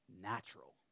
natural